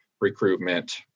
recruitment